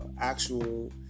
actual